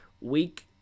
Week